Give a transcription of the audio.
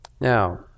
Now